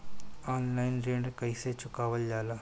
Online ऋण कईसे चुकावल जाला?